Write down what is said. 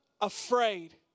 afraid